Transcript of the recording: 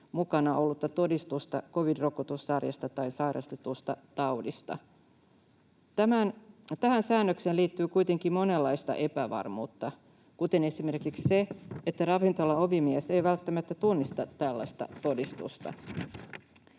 mukana ollutta todistusta covid-rokotussarjasta tai sairastetusta taudista. Tähän säännökseen liittyy kuitenkin monenlaista epävarmuutta, kuten esimerkiksi se, että ravintolan ovimies ei välttämättä tunnista tällaista todistusta.